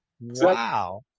wow